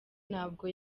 ntabwo